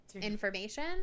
information